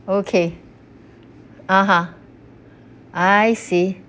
okay (uh huh) I see